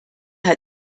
hat